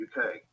uk